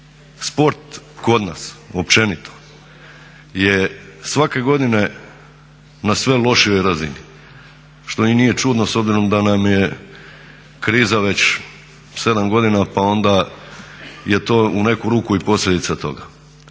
sport kod nas općenito je svake godine na sve lošijoj razini što i nije čudno s obzirom da nam je kriza već 7 godina pa onda je to u neku ruku i posljedica toga,